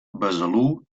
besalú